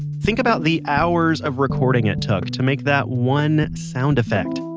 think about the hours of recording it took to make that one sound effect.